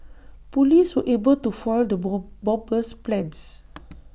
Police were able to foil the ball bomber's plans